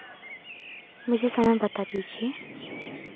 मुझे समय बता दीजिये